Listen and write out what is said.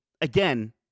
again